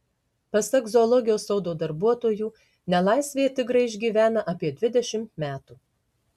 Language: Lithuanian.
pasak zoologijos sodo darbuotojų nelaisvėje tigrai išgyvena apie dvidešimt metų